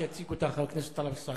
שיציג אותה חבר הכנסת טלב אלסאנע.